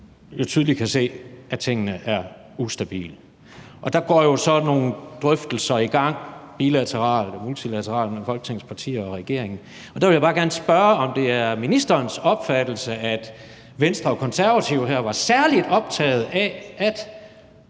det tydeligt kan se, at tingene er ustabile. Der går jo så nogle drøftelser i gang bilateralt og multilateralt mellem Folketingets partier og regeringen. Der vil jeg bare gerne spørge, om det er ministerens opfattelse, at Venstre og Konservative var særlig optagede af, at